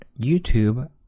YouTube